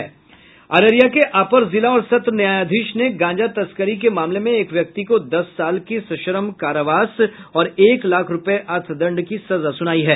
अररिया के अपर जिला और सत्र न्यायाधीश ने गांजा तस्करी के मामले में एक व्यक्ति को दस साल के सश्रम कारावास और एक लाख रूपये अर्थदंड की सजा सुनायी है